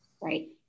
Right